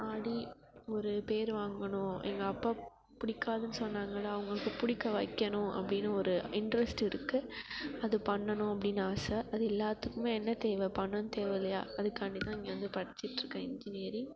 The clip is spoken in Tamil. ஆடி ஒரு பேர் வாங்கணும் எங்கள் அப்பா பிடிக்காதுன்னு சொன்னாங்கள்லே அவங்களுக்கு பிடிக்க வைக்கணும் அப்படின்னு ஒரு இன்ட்ரெஸ்ட் இருக்குது அது பண்ணணும் அப்படின்னு ஆசை அது எல்லாத்துக்குமே என்ன தேவை பணம் தேவை இல்லையா அதுக்காண்டி தான் இங்கே வந்து படிச்சுட்ருக்கேன் இன்ஜினியரிங்